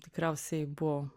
tikriausiai buvo